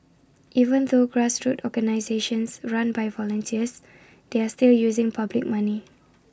even though grassroots organisations run by volunteers they are still using public money